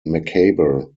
macabre